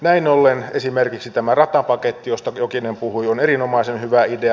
näin ollen esimerkiksi tämä ratapaketti josta jokinen puhui on erinomaisen hyvä idea